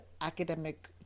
academic